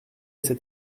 cet